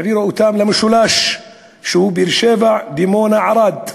העבירה אותם למשולש שהוא באר-שבע דימונה ערד,